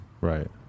right